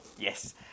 Yes